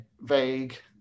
vague